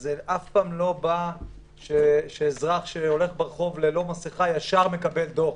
זה אף פעם לא בא שאזרח שהולך ברחוב לא מסכה ישר מקבל דוח.